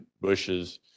bushes